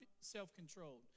self-controlled